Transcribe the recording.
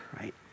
right